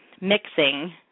mixing